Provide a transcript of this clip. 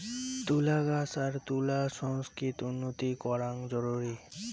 তুলা গছ আর তুলা সংস্কৃতিত উন্নতি করাং জরুরি